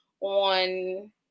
on